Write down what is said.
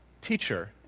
teacher